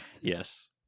Yes